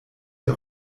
der